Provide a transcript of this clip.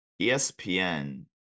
ESPN